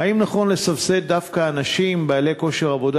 2. האם נכון לסבסד דווקא אנשים בעלי כושר עבודה